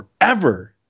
forever